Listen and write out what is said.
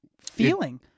feeling